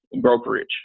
brokerage